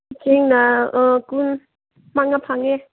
ꯆꯦꯡꯅ ꯀꯨꯟ ꯃꯉꯥ ꯐꯪꯉꯦ